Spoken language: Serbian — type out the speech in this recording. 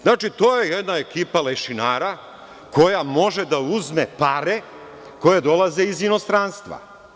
Znači, to je jedna ekipa lešinara koja može da uzme pare koje dolaze iz inostranstva.